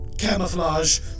Camouflage